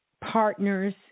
partners